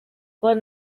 but